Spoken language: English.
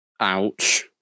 Ouch